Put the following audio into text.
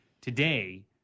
today